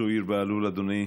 זוהיר בהלול, אדוני,